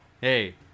hey